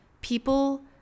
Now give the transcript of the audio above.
People